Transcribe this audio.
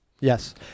Yes